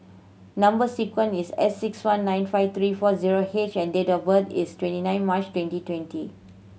number sequence is S six one nine five three four zero H and date of birth is twenty nine March twenty twenty